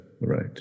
right